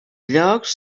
llocs